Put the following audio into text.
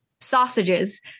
Sausages